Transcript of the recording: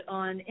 on